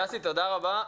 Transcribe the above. דסי, תודה רבה.